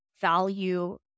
value